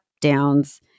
downs